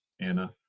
Anna